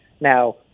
Now